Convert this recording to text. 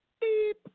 beep